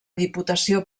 diputació